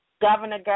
Governor